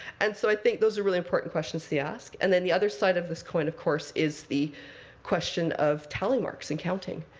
and so i think those are really important questions to ask. and then the other side of this coin, of course, is the question of tally marks and counting.